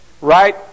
right